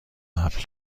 قبل